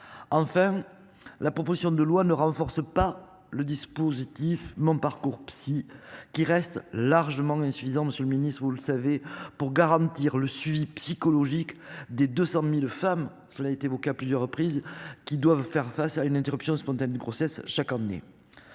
enfin. La proposition de loi ne renforce pas le dispositif. Mon parcours psy qui reste largement insuffisant. Monsieur le Ministre, vous le savez pour garantir le suivi psychologique des 200.000 femmes cela été évoque à plusieurs reprises qu'ils doivent faire face à une interruption spontanée de grossesse chaque année.